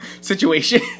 situation